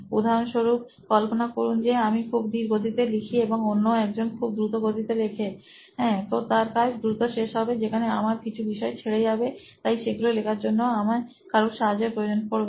উদাহরণ স্বরূপ কল্পনা করুন যে আমি খুব ধীর গতিতে লিখি আর অন্য একজনখুব দ্রুত গতিতে লেখে তো তার কাজ দ্রুত শেষ হবে যেখানে আমার কিছু বিষয় ছেড়ে যাবে তাই সেগুলো লেখার জন্য আমার কারুর সাহায্যের প্রয়োজন হবে